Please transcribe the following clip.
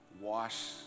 wash